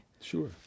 sure